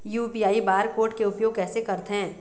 UPI bar code के उपयोग कैसे करथें?